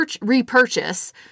repurchase